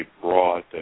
broad